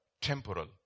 temporal